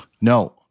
No